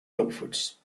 northwards